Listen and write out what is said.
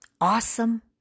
awesome